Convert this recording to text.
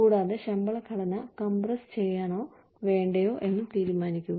കൂടാതെ ശമ്പള ഘടന കംപ്രസ് ചെയ്യണോ വേണ്ടയോ എന്ന് തീരുമാനിക്കുക